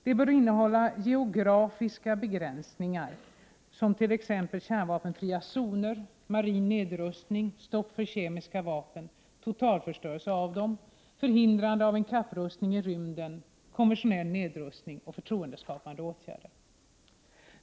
Det bör innehålla geografiska begränsningar, t.ex. kärnvapenfria zoner, marin nedrustning, stopp för kemiska vapen och total förstörelse av dem, förhindrande av en kapprustning i rymden, konventionell nedrustning och förtroendeskapande åtgärder.